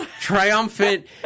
triumphant